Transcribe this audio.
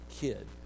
kid